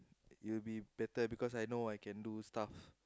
it will be better because I know I can do stuff